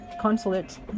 consulate